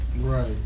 Right